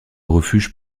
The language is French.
refuge